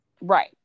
right